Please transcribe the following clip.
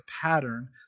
pattern